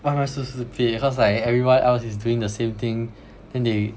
why am I so stupid cause like everyone else is doing the same thing then they